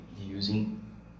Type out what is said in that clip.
using